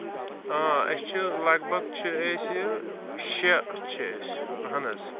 اۭں أسۍ چھِ لگ بگ چھِ أسۍ یہِ شیٚے چھِ أسۍ اَہن حظ